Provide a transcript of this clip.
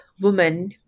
woman